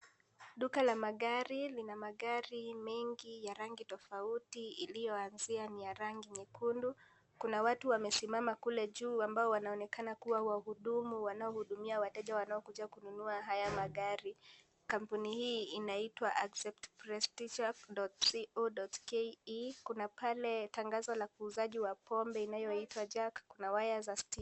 Duka la magari, lina magari mengi ya rangi tofauti, iliyoanziwa ni ya rangi nyekundu, kuna watu wamesimama kule juu ambao wanaonekana kuwa wahudumu wanaohudumia wateja wanaokuja kununua haya magari. Kampuni hii inaitwa accept prestiga.co.ke kuna pale tangazo la uuzaji wa pombe inayoitwa Jack, kuna waya za stim.....